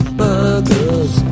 burgers